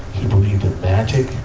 he believed in magic